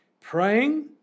Praying